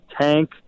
tank